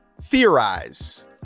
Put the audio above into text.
theorize